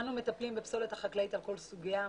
אנו מטפלים בפסולת החקלאית על כל סוגיה,